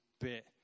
bit